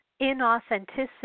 inauthenticity